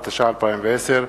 התש"ע 2010,